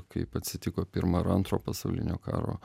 kaip atsitiko pirmo ar antro pasaulinio karo